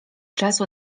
czasu